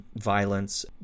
Violence